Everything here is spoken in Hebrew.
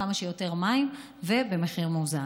כמה שיותר מים ובמחיר מוזל.